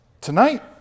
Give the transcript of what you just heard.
tonight